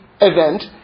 event